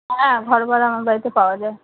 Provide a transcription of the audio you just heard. হ্যাঁ ঘর ভাড়া আমার বাড়িতে পাওয়া যায়